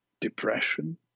depression